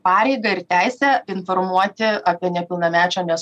pareigą ir teisę informuoti apie nepilnamečio nes